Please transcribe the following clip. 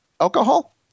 alcohol